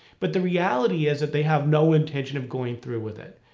but the reality is that they have no intention of going through with it,